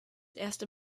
erster